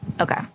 Okay